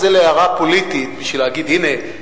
זה להערה פוליטית בשביל להגיד: הנה,